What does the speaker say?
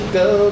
go